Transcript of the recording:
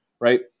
right